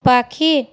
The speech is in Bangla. পাখি